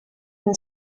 been